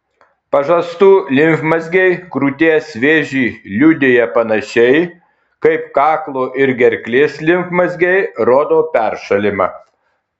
pažastų limfmazgiai krūties vėžį liudija panašiai kaip kaklo ir gerklės limfmazgiai rodo peršalimą